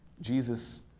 Jesus